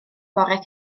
bore